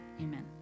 amen